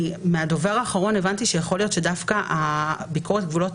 מהדובר האחרון הבנתי שיכול להיות שדווקא ביקורת הגבולות